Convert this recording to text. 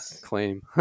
claim